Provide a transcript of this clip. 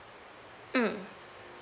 hmm